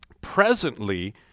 Presently